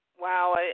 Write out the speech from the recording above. Wow